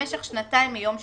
"במשך שנתיים מיום שחרורו".